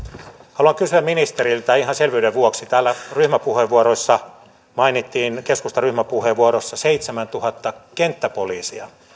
haluan kysyä ministeriltä ihan selvyyden vuoksi täällä ryhmäpuheenvuoroissa mainittiin määriä keskustan ryhmäpuheenvuorossa seitsemäntuhatta kenttäpoliisia